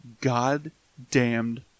goddamned